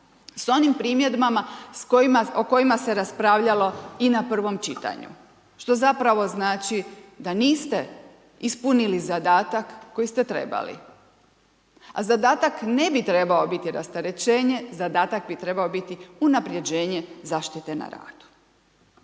s onim primjedbama o kojima se raspravljalo i na prvom čitanju što zapravo znači da niste ispunili zadatak koji ste trebali, a zadatak ne bi trebao biti rasterećenje. Zadatak bi trebao biti unapređenje zaštite na radu,